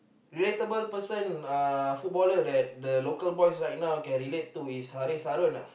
relatable person uh footballer than the local boys right now can relate to is Hariss-Harun uh